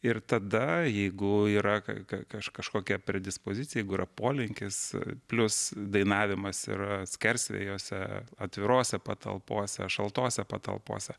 ir tada jeigu yra ka ka kažkokia predispozicija jeigu yra polinkis plius dainavimas yra skersvėjuose atvirose patalpose šaltose patalpose